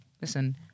Listen